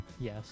Yes